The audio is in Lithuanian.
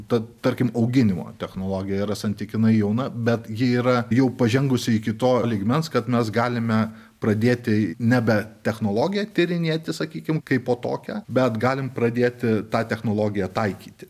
tad tarkim auginimo technologija yra santykinai jauna bet ji yra jau pažengusi iki to lygmens kad mes galime pradėti nebe technologiją tyrinėti sakykim kaipo tokią bet galim pradėti tą technologiją taikyti